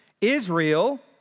Israel